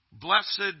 blessed